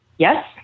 Yes